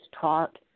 taught